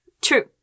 True